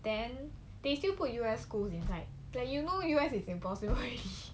then they still put U_S schools inside like you know U_S it's impossible already